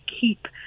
keep